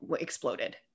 exploded